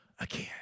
again